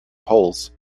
polls